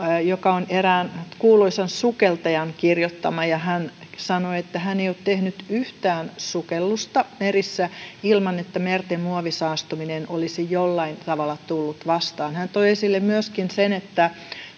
joka on erään kuuluisan sukeltajan kirjoittama ja hän sanoi että hän ei ole tehnyt yhtään sukellusta merissä niin ettei merten muovisaastuminen olisi jollain tavalla tullut vastaan hän toi esille myöskin sen että